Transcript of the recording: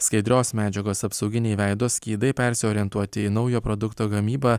skaidrios medžiagos apsauginiai veido skydai persiorientuoti į naujo produkto gamybą